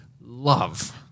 love